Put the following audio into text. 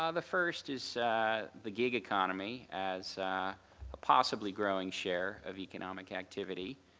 ah the first is the gig economy as a possibly growing share of economic activity.